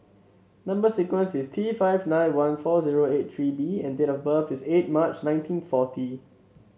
number sequence is T five nine one four zero eight three B and date of birth is eight March nineteen forty